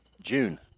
June